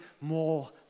more